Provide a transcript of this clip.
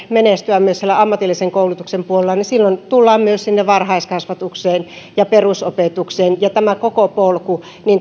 menestyä myös ammatillisen koulutuksen puolella niin silloin tullaan myös sinne varhaiskasvatukseen ja perusopetukseen ja siihen että tämä koko polku